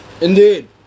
Indeed